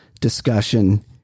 discussion –